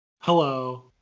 Hello